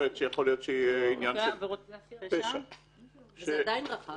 שהוא עניין --- אבל עבירות פשע זה עדיין רחב.